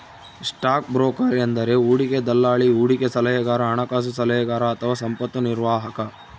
stock broker ಎಂದರೆ ಹೂಡಿಕೆ ದಲ್ಲಾಳಿ, ಹೂಡಿಕೆ ಸಲಹೆಗಾರ, ಹಣಕಾಸು ಸಲಹೆಗಾರ ಅಥವಾ ಸಂಪತ್ತು ನಿರ್ವಾಹಕ